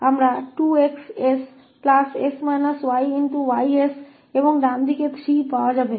और दाहिने हाथ की ओर 3 जाता है